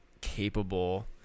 capable